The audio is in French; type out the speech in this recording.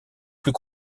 plus